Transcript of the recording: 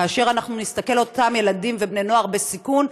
כאשר אנחנו נסתכל על אותם ילדים ובני-נוער בסיכון,